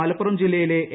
മലപ്പുറം ജില്ലയിലെ എ